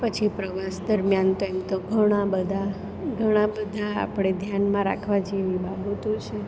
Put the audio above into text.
પછી પ્રવાસ દરમિયાન તો એમ તો ઘણા બધા ઘણા બધા આપણે ધ્યાનમાં રાખવા જેવી બાબતો છે